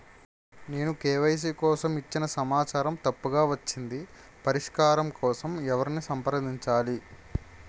నేను కే.వై.సీ కోసం ఇచ్చిన సమాచారం తప్పుగా వచ్చింది పరిష్కారం కోసం ఎవరిని సంప్రదించాలి?